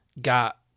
got